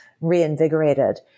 reinvigorated